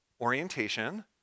orientation